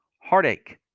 heartache